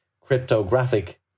cryptographic